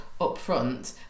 upfront